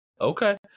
okay